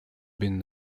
been